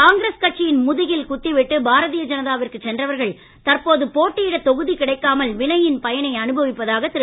காங்கிரஸ் கட்சியின் முதுகில் குத்திவிட்டு பாரதீய ஜனதாவிற்கு சென்றவர்கள் தற்போது போட்டியிடத் தொகுதி கிடைக்காமல் வினையின் பயனை அனுபவிப்பதாக திரு